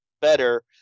better